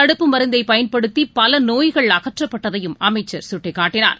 தடுப்பு மருந்தைபயன்படுத்திபலநோய்கள் அகற்றப்பட்டதையும் அமைச்சர் கட்டிக்காட்டினார்